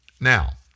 Now